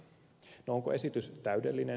no onko esitys täydellinen